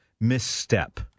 misstep